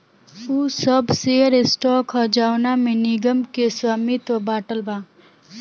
उ सब share stock ह जवना में निगम के स्वामित्व बाटल बा